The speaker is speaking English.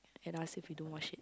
okay lah since you don't wash it